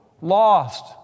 lost